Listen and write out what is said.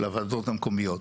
לוועדות המקומיות.